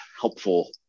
helpful